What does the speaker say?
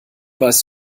weiß